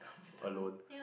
alone